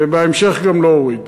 ובהמשך גם להוריד.